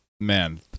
man